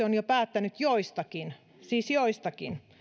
on jo päättänyt joistakin siis joistakin